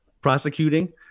prosecuting